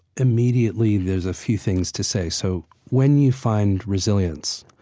immediately there's a few things to say. so when you find resilience,